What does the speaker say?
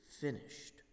finished